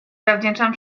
zawdzięczam